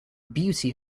beauty